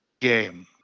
game